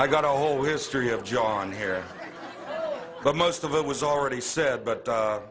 i got a whole history of john here but most of it was already said but